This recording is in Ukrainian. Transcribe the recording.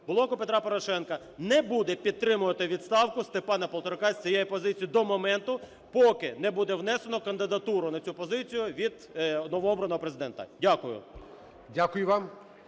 "Блоку Петра Порошенка" не буде підтримувати відставку Степана Полторака з цієї позиції до моменту, поки не буде внесено кандидатуру на цю позицію від новообраного Президента. Дякую.